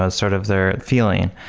ah sort of their feeling.